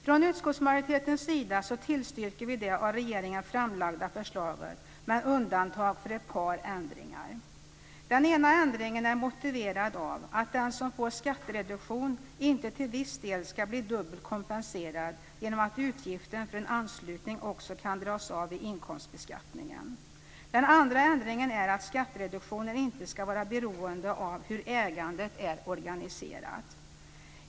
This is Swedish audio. Från utskottsmajoritetens sida tillstyrker vi det av regeringen framlagda förslaget, med undantag för ett par ändringar. Den ena ändringen är motiverad av att den som får skattereduktion inte till viss del ska bli dubbelt kompenserad genom att utgiften för en anslutning också kan dras av vid inkomstbeskattningen. Den andra ändringen är att skattereduktionen inte ska vara beroende av hur ägandet är organiserat.